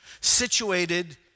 situated